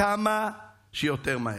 כמה שיותר מהר.